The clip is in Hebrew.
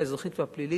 האזרחית והפלילית,